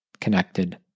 connected